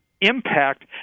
impact